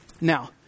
now